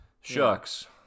shucks